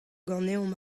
ganeomp